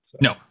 No